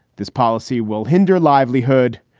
this policy will hinder livelihood,